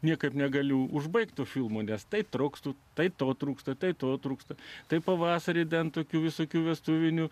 niekaip negaliu užbaigti filmo nes taip trokštu taip to trūksta tai to trūksta tai pavasarį dar tokių visokių vestuvinių